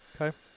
okay